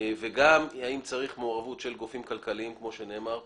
וגם האם צריך מעורבות של גופים כלכליים כמו שנאמר כאן,